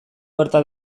gerta